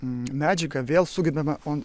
medžiagą vėl sugebame on